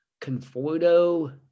Conforto